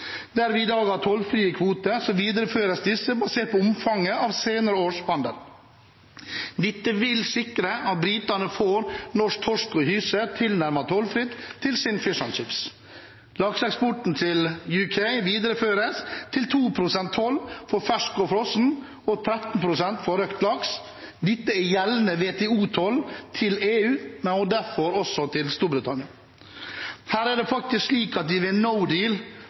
Der vi i dag har tollfrie kvoter, videreføres disse basert på omfanget av senere års handel. Dette vil sikre at britene får norsk torsk og hyse tilnærmet tollfritt til sin fish & chips. Lakseeksporten til Storbritannia videreføres til 2 pst. toll for fersk og frossen laks og 13 pst. for røkt laks. Dette er gjeldende WTO-toll til EU og derfor også til Storbritannia. Her er det faktisk slik at vi ved